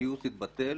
הגיוס התבטל,